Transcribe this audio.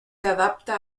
adapta